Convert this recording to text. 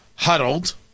huddled